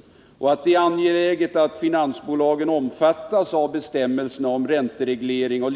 Det är angeläget, framhåller riksbanksfullmäktige, att finansbolagen omfattas av bestämmelserna om räntereglering och